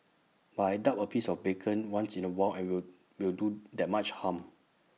but I doubt A piece of bacon once in A while I will will do that much harm